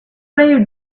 very